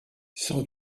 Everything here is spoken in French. sans